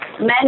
men